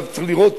צריך לראות